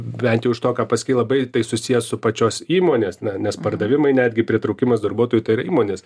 bent jau iš to ką paskei labai tai susiję su pačios įmonės nes pardavimai netgi pritraukimas darbuotojų įmonės